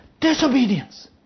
Disobedience